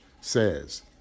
says